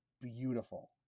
beautiful